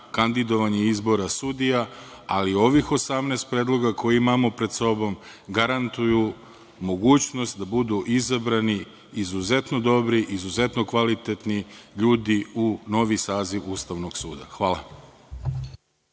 kandidovanja i izbora sudija, ali ovih 18 predloga koje imamo pred sobom garantuju mogućnost da budu izabrani izuzetno dobri, kvalitetni ljudi u novi saziv US. Hvala.